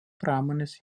pramonės